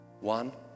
One